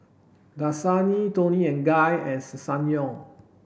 Dasani Toni and Guy and Ssangyong